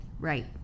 Right